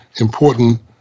important